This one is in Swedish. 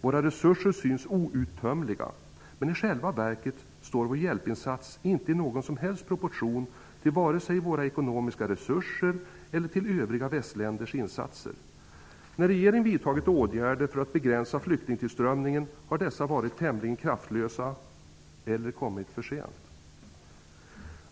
Våra resurser synes outtömliga, men i själva verket står vår hjälpinsats inte i någon som helst proportion till vare sig våra ekonomiska resurser eller till övriga västländers insatser. När regeringen vidtagit åtgärder för att begränsa flyktingtillströmningen har dessa varit tämligen kraftlösa eller kommit för sent.